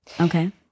Okay